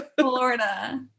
Florida